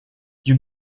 you